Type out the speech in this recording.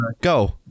Go